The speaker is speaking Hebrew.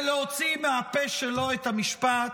ולהוציא מהפה שלו את המשפט: